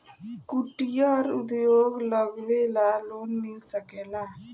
कुटिर उद्योग लगवेला लोन मिल सकेला?